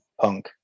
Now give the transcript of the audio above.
punk